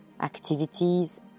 activities